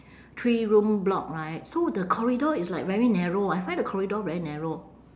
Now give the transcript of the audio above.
three room block right so the corridor is like very narrow I find the corridor very narrow